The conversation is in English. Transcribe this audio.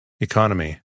Economy